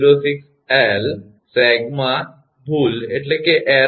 06𝐿 સેગમાં ભૂલ બરાબર